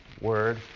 word